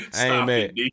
Amen